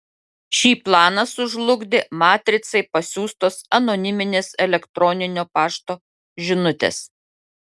šį planą sužlugdė matricai pasiųstos anoniminės elektroninio pašto žinutės